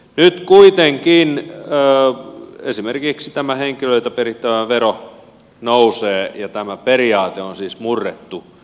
nyt kuitenkin esimerkiksi tämä henkilöiltä perittävä vero nousee ja tämä periaate on siis murrettu